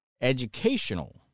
educational